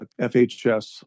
FHS